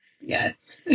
Yes